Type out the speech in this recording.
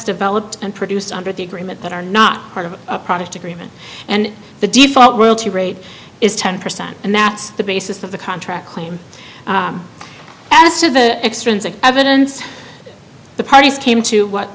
developed and produced under the agreement that are not part of a product agreement and the default royalty rate is ten percent and that's the basis of the contract claim as to the extrinsic evidence the parties came to